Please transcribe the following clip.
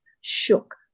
shook